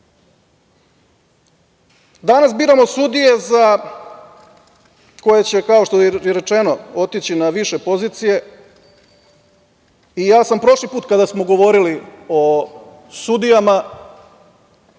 biramo sudije koje će, kao što je i rečeno, otići na više pozicije, i ja sam prošli put kada smo govorili o sudijama